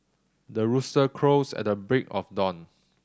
the rooster crows at the break of dawn